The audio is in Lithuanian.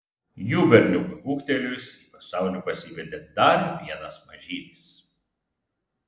jų berniukui ūgtelėjus į pasaulį pasibeldė dar vienas mažylis